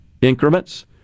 increments